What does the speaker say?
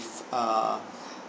uh